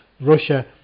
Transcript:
Russia